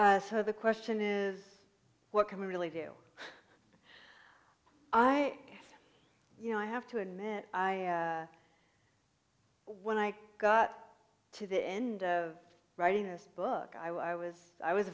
stuff so the question is what can we really do i you know i have to admit i when i got to the end of writing this book i was i was